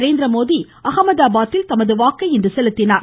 நரேந்திரமோடி அஹமதாபாதில் தமது வாக்கை செலுத்தினார்